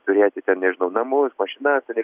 turėti ten nežinau namus mašinas ten ir